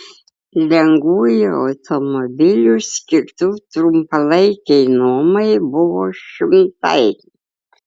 lengvųjų automobilių skirtų trumpalaikei nuomai buvo šimtai